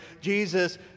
Jesus